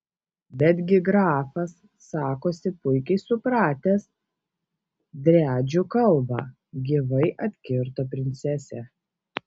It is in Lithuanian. betgi grafas sakosi puikiai supratęs driadžių kalbą gyvai atkirto princesė